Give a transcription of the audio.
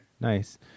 nice